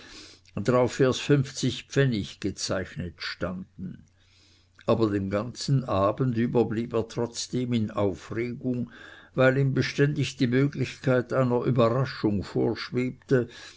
drauf erst fünfzig pfennig gezeichnet standen aber den ganzen abend über blieb er trotzdem in aufregung weil ihm beständig die möglichkeit einer überraschung vorschwebte